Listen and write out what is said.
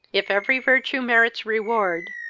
if every virtue merits reward,